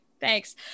Thanks